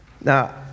Now